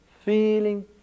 feeling